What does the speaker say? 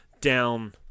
down